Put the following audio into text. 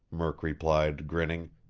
murk replied, grinning.